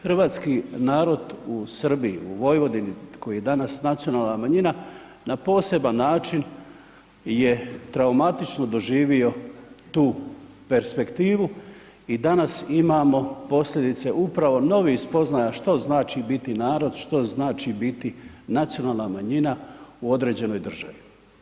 Hrvatski narod u Srbiji, u Vojvodini koji je danas nacionalna manjina, na poseban način je traumatično doživio tu perspektivu i danas imamo posljedice upravo novih spoznaja što znači biti narod, što znači biti nacionalna manjina u određenoj državi.